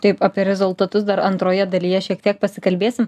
taip apie rezultatus dar antroje dalyje šiek tiek pasikalbėsim